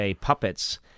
puppets